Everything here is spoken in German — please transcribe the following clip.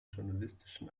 journalistischen